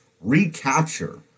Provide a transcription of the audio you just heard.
recapture